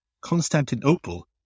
Constantinople